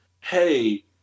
hey